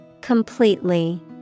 Completely